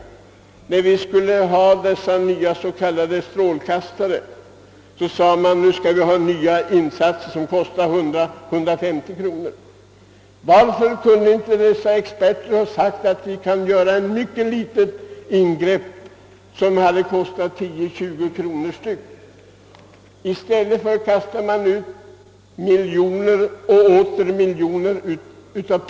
När man skulle ha dessa nya strålkastare på bilarna sades det, att nu skall det vara insatser som kostar 150 kronor. Varför kunde inte dessa experter tala om, att det gick att göra ett mycket litet ingrepp som kostade endast 10—20 kronor per strålkastare? Nej, i stället fick bilisterna kasta ut miljoner och åter miljoner.